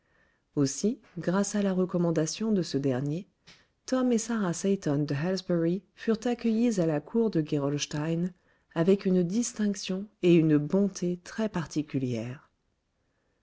aussi grâce à la recommandation de ce dernier tom et sarah seyton de halsbury furent accueillis à la cour de gerolstein avec une distinction et une bonté